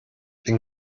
bin